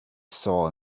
saw